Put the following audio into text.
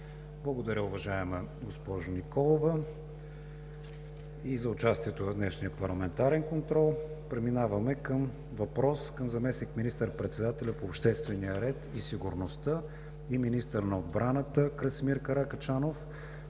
Благодаря, уважаема госпожо Николова, и за участието в днешния парламентарен контрол. Преминаваме на въпрос към заместник министър-председателя по обществения ред и сигурността и министър на отбраната Красимир Каракачанов.